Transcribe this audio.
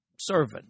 servant